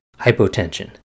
hypotension